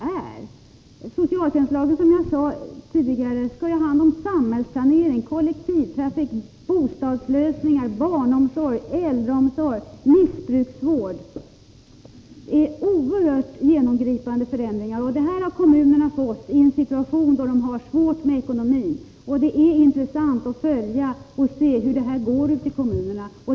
Som jag sade tidigare berör ju socialtjänstlagen samhällsplanering, kollektivtrafik, bostadslösningar, barnomsorg, äldreomsorg, missbrukarvård, vilket allt innebär oerhört genomgripande förändringar. Dessa uppgifter har kommunerna fått i en situation där de har svårt med ekonomin. Det blir intressant att följa verksamheten och se hur det går ute i kommunerna.